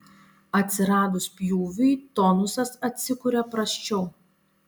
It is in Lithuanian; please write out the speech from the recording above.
atsiradus pjūviui tonusas atsikuria prasčiau